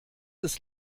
des